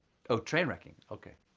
oh, train wrecking, okay.